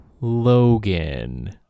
Logan